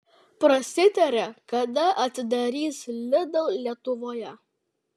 prasitarė kada atidarys lidl lietuvoje